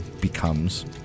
becomes